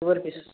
two rupees